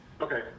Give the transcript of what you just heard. Okay